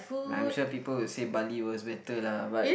I'm sure people will say Bali was better lah but